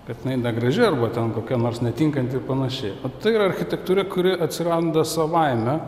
kad jinai negraži arba ten kokia nors netinkanti ir panašiai tai yra architektūra kuri atsiranda savaime